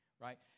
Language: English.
right